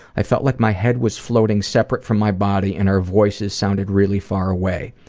i felt like my head was floating separate from my body and our voices sounded really far way,